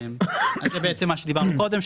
זה בעצם מה שדיברנו קודם,